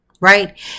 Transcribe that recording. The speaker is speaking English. Right